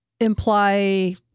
imply